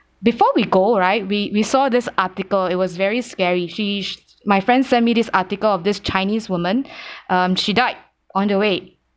before we go right we we saw this article it was very scary she my friend sent me this article of this chinese woman um she died on the way